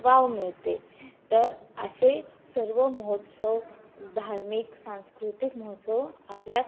wow मिळते तर असे सर्व महोत्सव धार्मिक सांस्कृतिक महोत्सव आपल्या